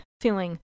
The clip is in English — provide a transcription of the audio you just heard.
feeling